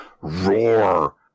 roar